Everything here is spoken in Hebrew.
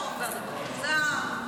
יפה.